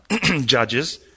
judges